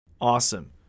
Awesome